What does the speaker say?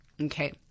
Okay